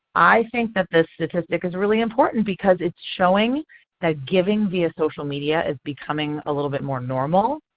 i think that this statistic is really important because it is showing that giving via social media is becoming a little bit more normal.